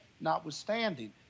notwithstanding